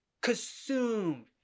consumed